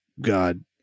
god